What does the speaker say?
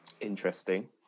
interesting